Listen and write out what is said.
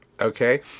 Okay